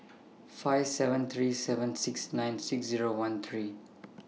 five seven three seven six nine six Zero one three